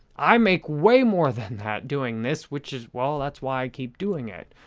i make way more than that doing this, which is well, that's why i keep doing it.